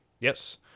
Yes